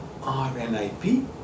RNIP